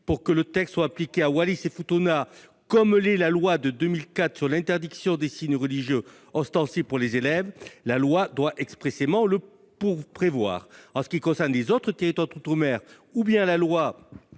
pour que le texte soit appliqué à Wallis et Futuna, comme l'est la loi de 2004 sur l'interdiction des signes religieux ostensibles pour les élèves, la loi doit expressément le prévoir. Pour ce qui concerne les autres territoires d'outre-mer, soit la loi